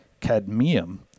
cadmium